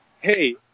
hey